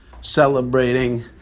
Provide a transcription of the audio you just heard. celebrating